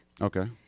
okay